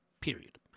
period